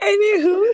Anywho